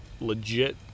legit